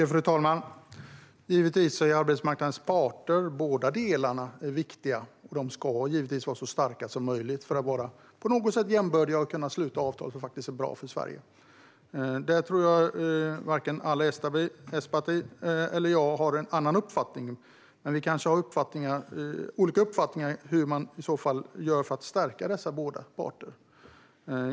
Fru talman! Givetvis är båda delar av arbetsmarknadens parter viktiga. De ska såklart vara så starka som möjligt för att på något sätt vara jämbördiga och kunna sluta avtal som är bra för Sverige. Jag tror inte att vare sig Ali Esbati eller jag har någon annan uppfattning om det. Men vi har kanske olika uppfattning om hur man gör för att stärka dessa båda parter.